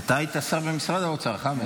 אתה היית שר במשרד האוצר, חמד.